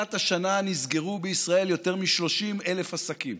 מתחילת השנה נסגרו בישראל יותר מ-30,000 עסקים.